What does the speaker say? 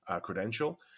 credential